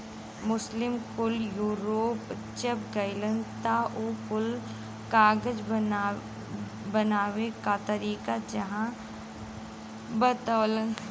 मुस्लिम कुल यूरोप जब गइलन त उ कुल कागज बनावे क तरीका उहाँ बतवलन